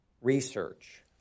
research